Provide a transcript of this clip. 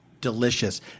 delicious